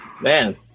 Man